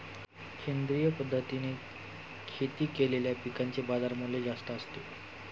सेंद्रिय पद्धतीने शेती केलेल्या पिकांचे बाजारमूल्य जास्त असते